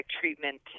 treatment